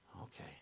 okay